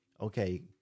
okay